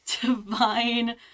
divine